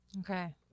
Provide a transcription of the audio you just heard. Okay